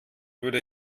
würde